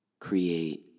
create